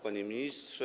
Panie Ministrze!